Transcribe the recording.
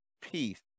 peace